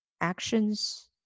actions